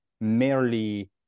merely